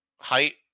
height